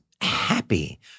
happy